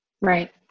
Right